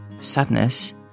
sadness